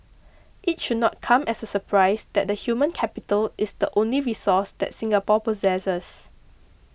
it should not come as a surprise that the human capital is the only resource that Singapore possesses